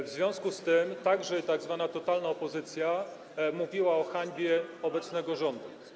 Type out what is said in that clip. W związku z tym także tzw. totalna opozycja mówiła o hańbie obecnego rządu.